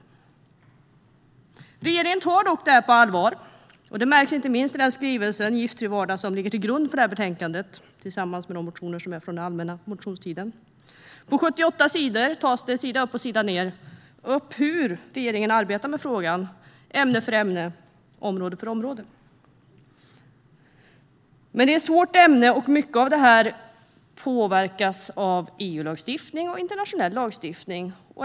Regeringen tar dock det här på allvar. Det märks inte minst i skrivelsen Giftfri vardag som ligger till grund för betänkandet tillsammans med motioner från allmänna motionstiden. På 78 sidor, sida upp och sida ned, tar den upp hur regeringen arbetar med frågan, ämne för ämne och område för område. Men det är ett svårt ämne, och mycket påverkas av EU-lagstiftning och internationell lagstiftning.